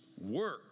work